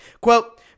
Quote